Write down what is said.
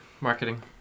marketing